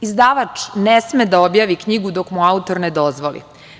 Izdavač ne sme da objavi knjigu dok mu autor ne dozvoli.